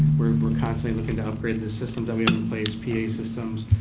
we're constantly looking to upgrade the systems we have in place, pa systems,